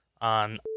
on